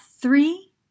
three